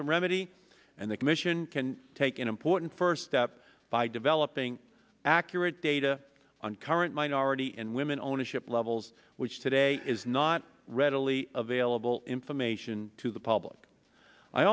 to remedy and the commission can take an important first step by developing accurate data on current minority and women ownership levels which today is not readily available information to the public i